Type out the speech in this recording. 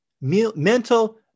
mental